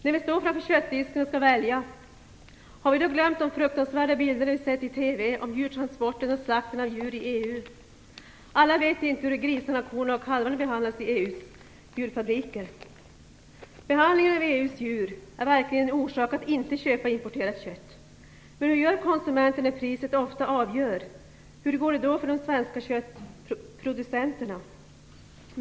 När vi står framför köttdisken och skall välja, har vi då glömt de fruktansvärda bilder vi sett i TV på djurtransporterna och slakten av djur i EU? Alla vet inte hur bl.a. grisarna, korna och kalvarna behandlas i Behandlingen av EU:s djur är verkligen en orsak att inte köpa importerat kött. Men hur gör konsumenten när priset ofta avgör? Hur går det då för de svenska köttproducenterna?